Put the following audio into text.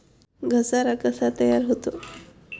घसारा कसा तयार होतो?